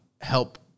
help